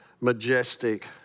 majestic